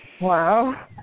Wow